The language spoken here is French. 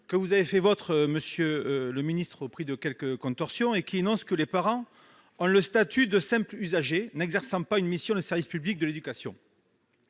que vous avez fait vôtre, monsieur le ministre, au prix de quelques contorsions, lorsqu'il énonce que les parents ont le statut de simples « usagers », n'exercent pas une mission de service public de l'éducation